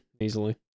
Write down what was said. easily